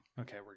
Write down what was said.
Okay